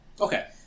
Okay